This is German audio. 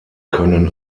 können